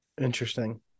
Interesting